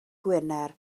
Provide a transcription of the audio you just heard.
gwener